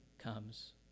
comes